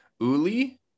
Uli